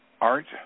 art